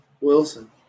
Wilson